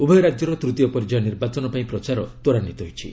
ଉଭୟ ରାକ୍ୟର ତୂତୀୟ ପର୍ଯ୍ୟାୟ ନିର୍ବାଚନ ପାଇଁ ପ୍ରଚାର ତ୍ୱରାନ୍ଧିତ ହୋଇଛି